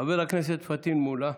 חבר הכנסת פטין מולא,